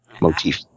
Motif